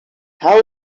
how